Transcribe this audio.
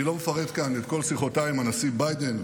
אני לא מפרט כאן את כל שיחותיי עם הנשיא ביידן,